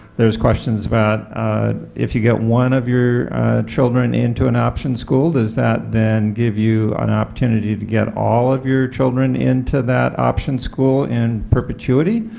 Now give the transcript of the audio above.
there's questions about if you get one of your children into an option school does that then give you an opportunity to get all of your children into that option school in perpetuity?